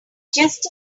just